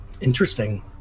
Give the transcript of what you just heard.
interesting